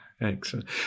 excellent